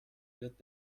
wird